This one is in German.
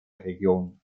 region